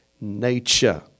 nature